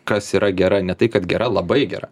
kas yra gera ne tai kad gera labai gera